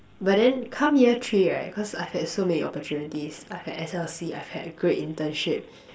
but then come year three right cause I've had so many opportunities I've had S_L_C I've had a great internship